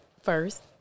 first